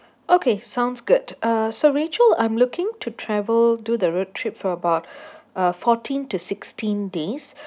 okay sounds good uh so rachel I'm looking to travel do the road trip for about uh fourteen to sixteen days